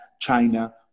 China